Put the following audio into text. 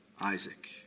Isaac